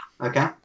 Okay